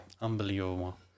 Unbelievable